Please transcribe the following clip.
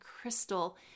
crystal